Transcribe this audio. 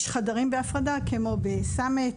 יש חדרים בהפרדה כמו ב"סאמיט",